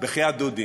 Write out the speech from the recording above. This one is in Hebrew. בחייאת, דודי,